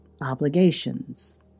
obligations